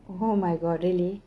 oh my god really